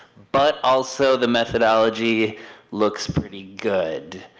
but also the methodology looks pretty good,